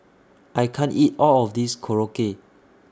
I can't eat All of This Korokke